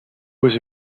was